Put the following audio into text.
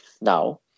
Now